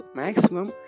maximum